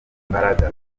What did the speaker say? imbaraga